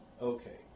Okay